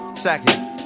second